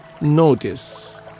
Notice